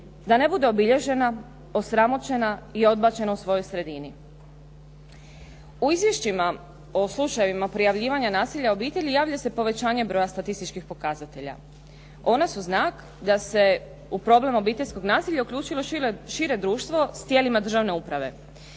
da ne bude obilježena, osramoćena i odbačena u svojoj sredini. U izvješćima o slučajevima prijavljivanja nasilja u obitelji javlja se povećanje broja statističkih pokazatelja. Ona su znak da se u problem obiteljskog nasilja uključilo šire društvo s tijelima državne uprave.